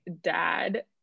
dad